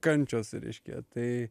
kančios reiškia tai